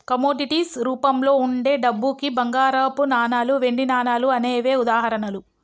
commodities రూపంలో వుండే డబ్బుకి బంగారపు నాణాలు, వెండి నాణాలు అనేవే ఉదాహరణలు